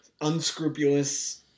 unscrupulous